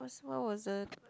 what was the